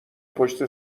پشت